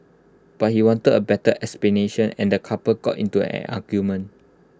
but he wanted A better explanation and the couple got into an argument